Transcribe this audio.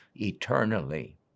eternally